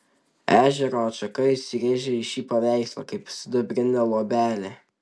ežero atšaka įsirėžė į šį paveikslą kaip sidabrinė luobelė